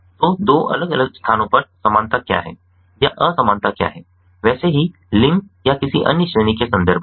तो दो अलग अलग स्थानों पर समानता क्या है या असमानता क्या है वैसे ही लिंग या किसी अन्य श्रेणी के संबंध में